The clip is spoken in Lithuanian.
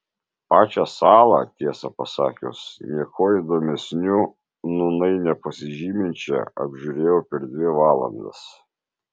pačią salą tiesą pasakius niekuo įdomesniu nūnai nepasižyminčią apžiūrėjau per dvi valandas